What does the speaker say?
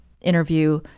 interview